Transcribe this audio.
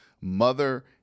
mother